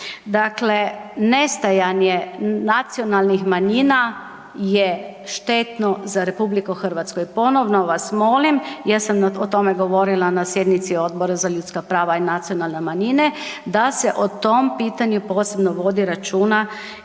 Dakle, nestajanjem nacionalnih manjina je štetno za RH i ponovno vas molim jer o tome govorila na sjednici Odbora za ljudska prava i nacionalne manjine da se o tom pitanju posebno vodi računa i